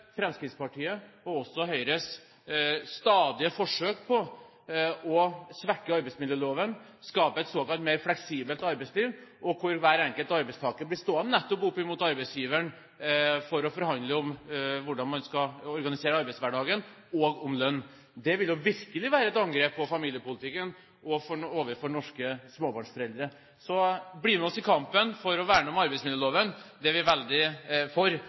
og også Høyres, stadige forsøk på å svekke arbeidsmiljøloven og skape et såkalt mer fleksibelt arbeidsliv, hvor hver enkelt arbeidstaker blir stående opp mot arbeidsgiveren for å forhandle om hvordan man skal organisere arbeidshverdagen, og om lønn. Det ville jo virkelig være et angrep på familiepolitikken og overfor norske småbarnsforeldre. Så bli med oss i kampen for å verne om arbeidsmiljøloven. Det er vi veldig for.